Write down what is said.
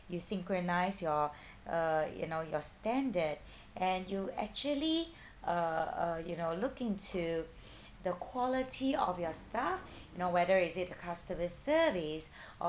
you synchronize your uh you know your standard and you actually uh uh you know look into the quality of your staff you know whether is it the customer service